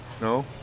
No